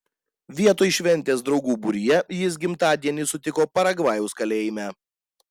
vietoj šventės draugų būryje jis gimtadienį sutiko paragvajaus kalėjime